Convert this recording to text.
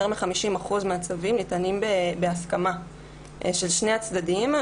מ-50% מהצווים שניתנים בהסכמה של שני הצדדים.